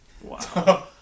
Wow